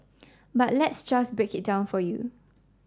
but let's just break it down for you